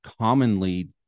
commonly